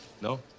No